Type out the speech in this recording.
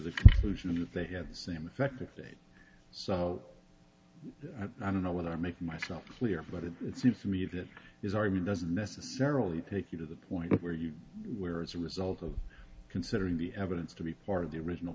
the conclusion that they have the same effect if it so i don't know whether i make myself clear but it seems to me that his argument doesn't necessarily take you to the point where you where as a result of considering the evidence to be part of the original